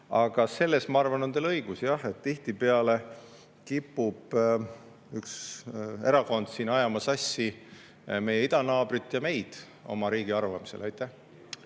Aga selles, ma arvan, on teil õigus, et tihtipeale kipub üks erakond siin ajama sassi meie idanaabrit ja meid oma riigi [kohta